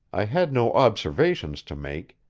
i had no observations to make,